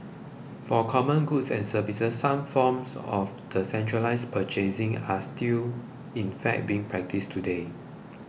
for common goods and services some forms of the centralised purchasing are still in fact being practised today